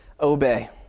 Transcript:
obey